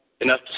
enough